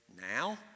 now